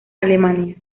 alemania